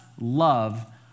love